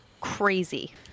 crazy